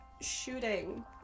shooting